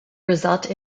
result